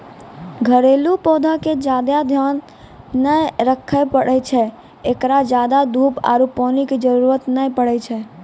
घरेलू पौधा के ज्यादा ध्यान नै रखे पड़ै छै, एकरा ज्यादा धूप आरु पानी के जरुरत नै पड़ै छै